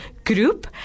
group